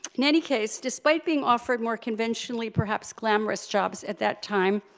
in any case, despite being offered more conventionally, perhaps glamorous, jobs at that time,